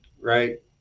right